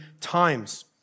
times